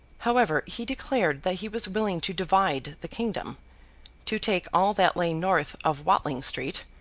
however, he declared that he was willing to divide the kingdom to take all that lay north of watling street,